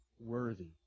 worthy